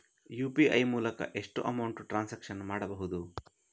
UPI ಮೂಲಕ ಎಷ್ಟು amount transaction ಮಾಡಬಹುದು?